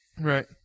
Right